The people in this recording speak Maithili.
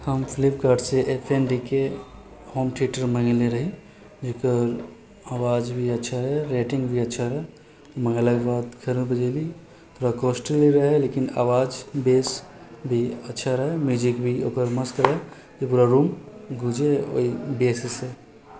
हम फ्लिपकार्टसँ एफ एन डी के होम थिएटर मँगेने रही जकर आवाज भी अच्छा रहै रेटिङ्ग भी अच्छा रहै मँगेलाके बाद खैर बजेली थोड़ा कॉस्टली रहै लेकिन आवाज बेस भी अच्छा रहै म्यूजिक भी ओकर मस्त रहै से पूरा रूम गूँजे ओहि बेससँ